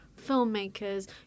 filmmakers